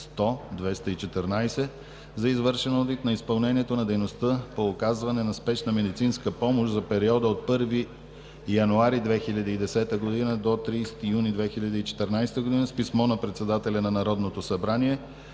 за извършен одит на изпълнението на дейността по оказване на спешна медицинска помощ за периода от 1 януари 2010 г. до 30 юни 2014 г. С писмо на Председателя на Народното събрание